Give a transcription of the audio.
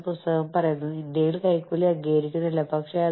അതിനാൽ അന്താരാഷ്ട്ര ഇടപെടലിന്റെ ചില ഘട്ടങ്ങൾ